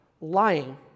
lying